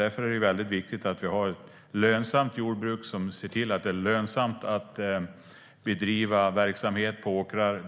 Därför är det viktigt att vi har ett lönsamt jordbruk och ser till att det är lönsamt att bedriva verksamhet på åkrar.